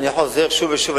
אני חוזר שוב ושוב,